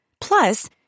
Plus